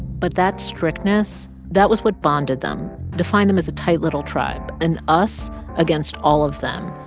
but that strictness that was what bonded them, defined them as a tight, little tribe and us against all of them,